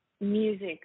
music